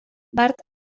bart